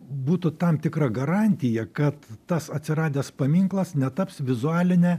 būtų tam tikra garantija kad tas atsiradęs paminklas netaps vizualine